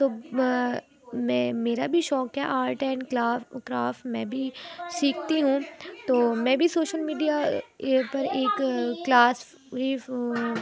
تو میں میرا بھی شوق ہے آرٹ اینڈ کلا کرافٹ میں بھی سیکھتی ہوں تو میں بھی سوشل میڈیا پر ایک کلاس